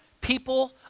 people